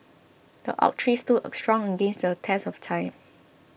the oak tree stood strong against the test of time